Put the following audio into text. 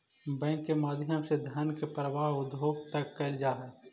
bank के माध्यम से धन के प्रवाह उद्योग तक कैल जा हइ